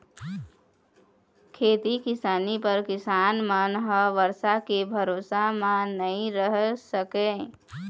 खेती किसानी बर किसान मन ह बरसा के भरोसा म नइ रह सकय